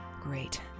Great